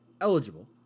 eligible